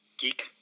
geek